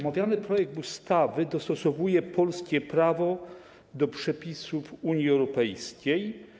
Omawiany projekt ustawy dostosowuje polskie prawo do przepisów Unii Europejskiej.